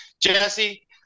Jesse